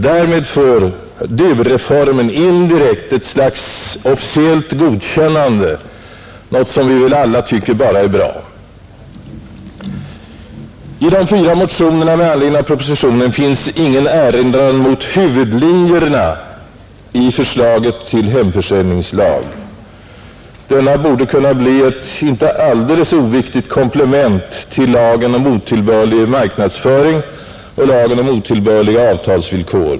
Därmed får du-reformen indirekt ett slags officiellt godkännande, något som vi väl alla tycker är bara bra. I de fyra motionerna med anledning av propositionen finns ingen erinran mot huvudlinjerna i förslaget till hemförsäljningslag. Denna borde kunna bli ett inte alldeles oviktigt komplement till lagen om otillbörlig marknadsföring och lagen om otillbörliga avtalsvillkor.